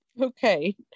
Okay